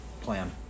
plan